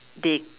they